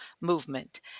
movement